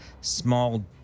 small